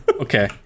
okay